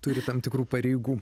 turi tam tikrų pareigų